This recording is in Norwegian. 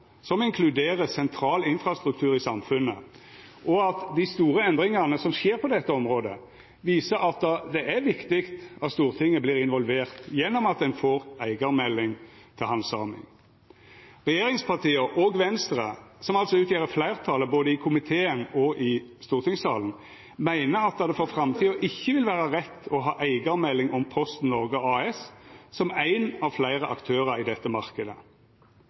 som inkluderer sentral infrastruktur i samfunnet, og at dei store endringane som skjer på dette området, viser at det er viktig at Stortinget vert involvert gjennom at ein får eigarmelding til handsaming. Regjeringspartia og Venstre, som altså utgjer fleirtalet både i komiteen og i stortingssalen, meiner at det for framtida ikkje vil vera rett å ha eigarmelding om Posten Norge AS som ein av fleire aktørar i